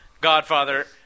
Godfather